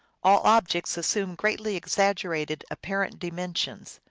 all objects assume greatly exaggerated apparent di mensions.